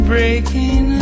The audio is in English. Breaking